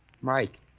Mike